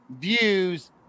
views